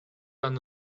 аны